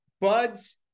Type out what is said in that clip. buds